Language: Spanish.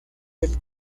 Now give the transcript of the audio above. del